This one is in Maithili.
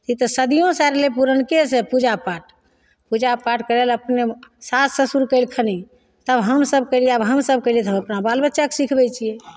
ई तऽ सदियोंसँ आय रहलय पुरनकेसँ पूजा पाठ पूजा पाठ करय लए अपने मने सास ससुर कयलखनि तब हमसब कयलियै तब हमसब कयलियै तऽ हम अपना बाल बच्चाके सिखबय छियै